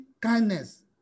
kindness